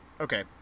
Okay